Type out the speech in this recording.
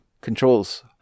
controls